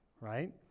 right